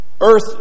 earth